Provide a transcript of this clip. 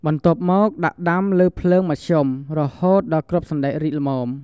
បន្ទាប់មក ដាក់ដាំលើភ្លើងមធ្យម រហូតដល់គ្រាប់សណ្ដែករីកល្មម។